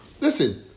Listen